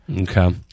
Okay